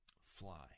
fly